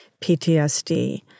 PTSD